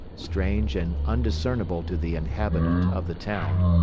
strange and undiscernible to the inhabitant of the town.